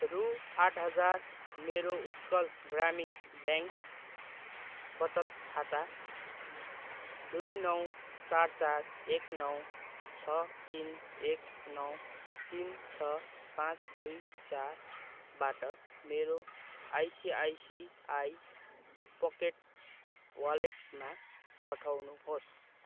रु आठ हजार मेरो उत्कल ग्रामीण ब्याङ्क बचत खाता दुई नौ चार चार एक नौ छ तिन एक नौ तिन छ पाचँ दुई चारबाट मेरो आइसिआइसिआई पकेट वालेटमा पठाउनुहोस्